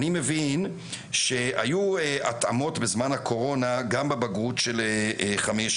אני מבין שהיו התאמות בזמן הקורונה גם בבגרות של חמש